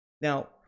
Now